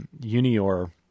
Unior